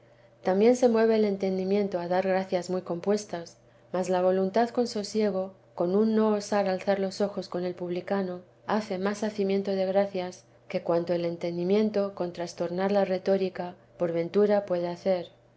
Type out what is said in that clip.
también se mueve el entendimiento a dar gracias muy compuestas mas la voluntad con sosiego con un no osar alzar los ojos con el publicano hace más nacimiento de gracias que cuanto el entendimiento con trastornar la retórica por ventura puede hacer